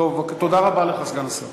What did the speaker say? תודה רבה לך, סגן השר.